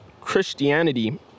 Christianity